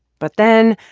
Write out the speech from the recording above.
but then,